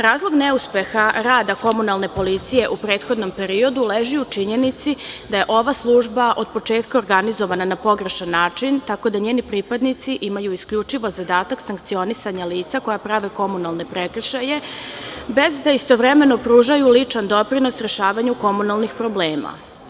Razlog neuspeha rada komunalne policije u prethodnom periodu leži u činjenici da ova služba od početka organizovana na pogrešan način tak da njeni pripadnici imaju isključivo zadatak sankcionisanja lica koja prave komunalne prekršaje, bez da istovremeno pružaju ličan doprinos rešavanju komunalnih problema.